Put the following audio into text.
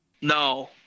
No